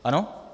Ano?